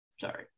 Sorry